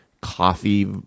coffee